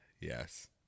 yes